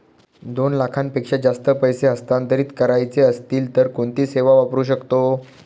दोन लाखांपेक्षा जास्त पैसे हस्तांतरित करायचे असतील तर कोणती सेवा वापरू शकतो?